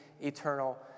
eternal